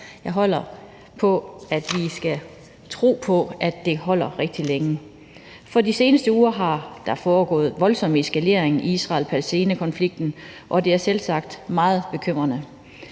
Jeg holder på, at vi skal tro på, at den holder rigtig længe. For de seneste uger har der foregået en voldsom eskalering af Israel-Palæstina-konflikten, og det er selvsagt meget bekymrende.